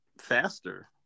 Faster